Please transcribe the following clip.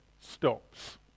stops